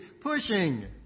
pushing